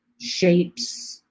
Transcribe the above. shapes